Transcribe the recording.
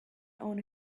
own